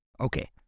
Okay